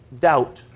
doubt